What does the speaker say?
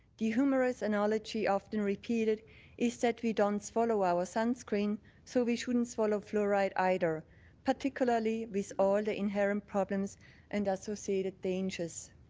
the humorous analogy often repeat is that we don't swallow our sunscreen so we shouldn't swallow fluoride either particularly with all the inherent problems and associated dangers.